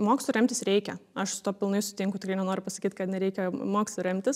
mokslu remtis reikia aš su tuo pilnai sutinku tikrai nenoriu pasakyt kad nereikia mokslu remtis